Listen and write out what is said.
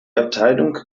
abteilung